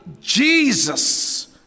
Jesus